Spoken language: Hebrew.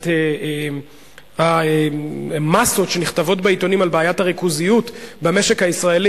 את המסות שנכתבות בעיתונים על בעיית הריכוזיות במשק הישראלי,